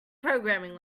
programming